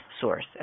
source